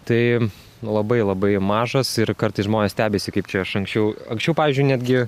tai labai labai mažas ir kartais žmonės stebisi kaip čia aš anksčiau anksčiau pavyzdžiui netgi